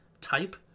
type